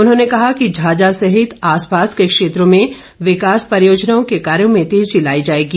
उन्होंने कहा कि झाजा सहित आस पास के क्षेत्रों में विकास परियोजनाओं के कार्यों में तेजी लाई जाएगी